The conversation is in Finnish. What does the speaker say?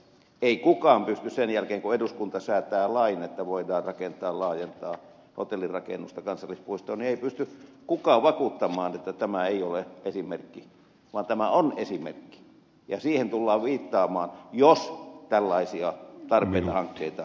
ei kukaan pysty sen jälkeen kun eduskunta säätää lain että voidaan rakentaa laajentaa hotellirakennusta kansallispuistoon vakuuttamaan että tämä ei ole esimerkki vaan tämä on esimerkki ja siihen tullaan viittaamaan jos tällaisia tarpeita hankkeita on